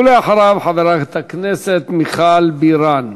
ולאחריו חברת הכנסת מיכל בירן.